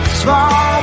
small